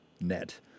net